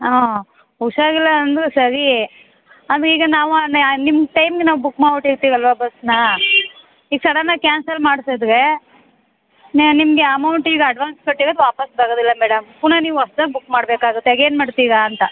ಹಾಂ ಹುಷಾರಿಲ್ಲ ಅಂದ್ರೂ ಸರಿ ಅಂದ್ರೀಗ ನಾವು ಆ ನಿ ನಿಮ್ಮ ಟೈಮ್ಗೆ ನಾವು ಬುಕ್ ಮಾಡಿಬಿಟ್ಟಿರ್ತೀವಲ್ವ ಬಸ್ನ ಈಗ ಸಡನ್ನಾಗಿ ಕ್ಯಾನ್ಸಲ್ ಮಾಡ್ಸಿದ್ರೆ ನಾ ನಿಮಗೆ ಅಮೌಂಟ್ ಈಗ ಅಡ್ವಾನ್ಸ್ ಕೊಟ್ಟಿರೋದು ವಾಪಾಸ್ ಬರೋದಿಲ್ಲ ಮೇಡಂ ಪುನಃ ನೀವು ಹೊಸ್ದಾಗಿ ಬುಕ್ ಮಾಡಬೇಕಾಗುತ್ತೆ ಆಗೇನು ಮಾಡ್ತೀರಿ ಅಂತ